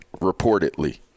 reportedly